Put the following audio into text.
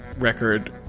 record